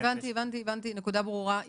הבנתי, הנקודה ברורה.